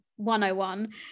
101